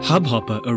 Hubhopper